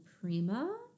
Prima